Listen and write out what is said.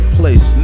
place